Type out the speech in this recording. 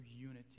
unity